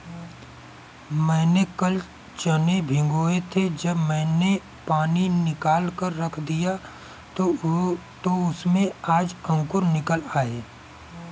मैंने कल चने भिगोए थे जब मैंने पानी निकालकर रख दिया तो उसमें आज अंकुर निकल आए